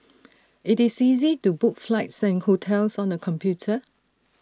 IT is easy to book flights and hotels on the computer